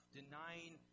denying